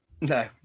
No